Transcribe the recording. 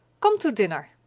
come to dinner!